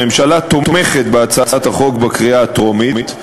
הממשלה תומכת בהצעת החוק בקריאה הטרומית,